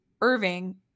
Irving